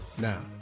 Now